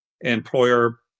employer